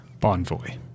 Bonvoy